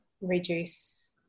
reduce